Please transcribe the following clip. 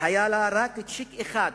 היה לה רק "צ'יק" אחד